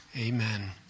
Amen